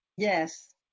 Yes